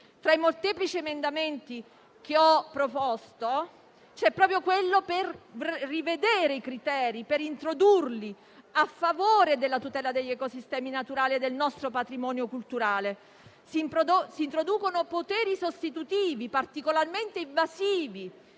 Tra i molteplici emendamenti che ho proposto c'è proprio quello per rivedere e reintrodurre i criteri a favore della tutela degli ecosistemi naturali e del nostro patrimonio culturale. Si introducono poteri sostitutivi particolarmente invasivi